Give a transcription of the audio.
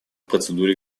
процедуре